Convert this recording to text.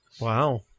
wow